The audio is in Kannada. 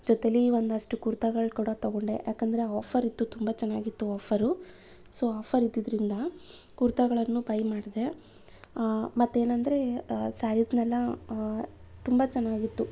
ಜೊತೇಲಿ ಒಂದಷ್ಟು ಕುರ್ತಾಗಳು ಕೂಡ ತಗೊಂಡೆ ಏಕೆಂದರೆ ಆಫರ್ ಇತ್ತು ತುಂಬ ಚೆನ್ನಾಗಿತ್ತು ಆಫರು ಸೊ ಆಫರ್ ಇದ್ದಿದ್ದರಿಂದ ಕುರ್ತಾಗಳನ್ನು ಬೈ ಮಾಡಿದೆ ಮತ್ತೆ ಏನೆಂದರೆ ಸ್ಯಾರಿಸ್ನೆಲ್ಲ ತುಂಬ ಚೆನ್ನಾಗಿತ್ತು